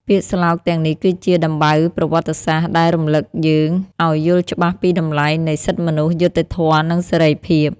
ពាក្យស្លោកទាំងនេះគឺជា "ដំបៅប្រវត្តិសាស្ត្រ" ដែលរំលឹកយើងឱ្យយល់ច្បាស់ពីតម្លៃនៃ សិទ្ធិមនុស្ស យុត្តិធម៌ និងសេរីភាព។